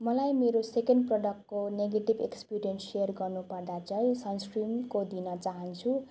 मलाई मेरो सेकेन्ड प्रडक्टको नेगेटिभ एक्सपिरियन्स सेयर गर्नु पर्दा चाहिँ सन्सक्रिमको दिन चाहन्छु